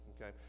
Okay